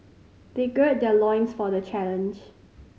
they gird their loins for the challenge